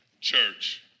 church